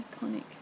iconic